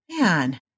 Man